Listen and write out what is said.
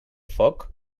foc